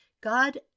God